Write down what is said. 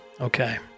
Okay